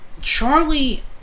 Charlie